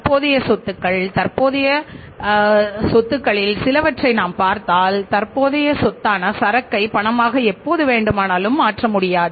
தற்போதைய சொத்துகள் தற்போதைய சொத்துகளில் சிலவற்றை நாம் பார்த்தால் தற்போதைய சொத்தான சரக்கை பணமாக எப்போது வேண்டுமானாலும் மாற்ற முடியாது